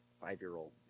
five-year-old